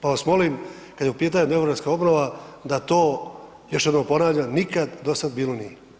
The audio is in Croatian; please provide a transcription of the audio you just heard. Pa vas molim kada je u pitanju demografska obnova da to, još jednom ponavljam nikad do sada bilo nije.